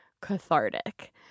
cathartic